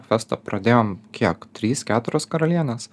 festą pradėjom kiek trys keturios karalienės